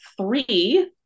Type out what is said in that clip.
three